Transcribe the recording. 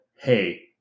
hey